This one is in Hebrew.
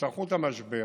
והתארכות המשבר